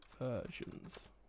versions